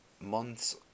months